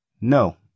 No